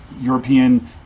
European